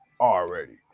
already